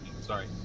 Sorry